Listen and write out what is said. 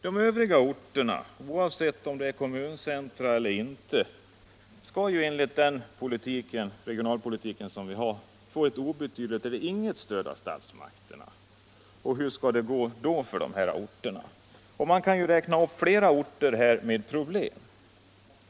De övriga orterna, oavsett om de är kommuncentra eller inte, skall ju enligt den regionalpolitik vi har endast få ett obetydligt eller inget stöd av statsmakterna. Hur skall det då gå för dessa orter? Man kan räkna upp flera orter med problem.